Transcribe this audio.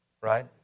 right